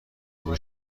قبول